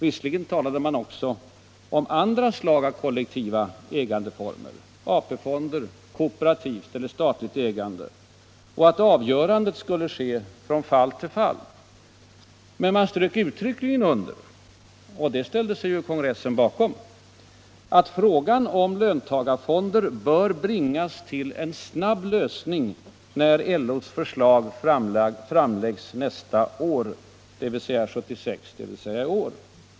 Visserligen talade man också om andra slag av kollektiva ägandeformer - AP-fonder, kooperativt eller statligt ägande — och att avgörandet skulle ske från fall till fall. Men man strök uttryckligen under — och detta ställde sig kongressen bakom — att ”frågan om löntagarfonder bör bringas till en snabb lösning när LO:s förslag framläggs nästa år”, dvs. i år.